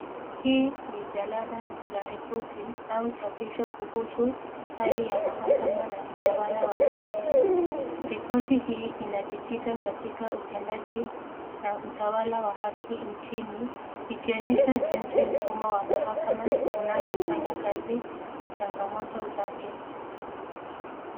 Hii ni jalada la ripoti au chapisho kuhusu hali ya mahakama na utawala wa haki. Ripoti hii inajikita katika utendaji na utawala wa haki nchini, ikionyesha jinsi mfumo wa mahakama unavyofanya kazi na changamoto zake.